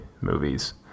movies